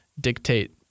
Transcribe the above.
dictate